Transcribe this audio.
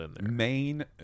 main